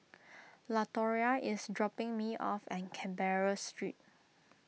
Latoria is dropping me off at Canberra Street